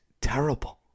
terrible